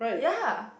ya